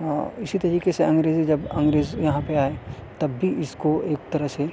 اسی طریقے سے انگریزی جب انگریز یہاں پہ آئے تب بھی اس کو ایک طرح سے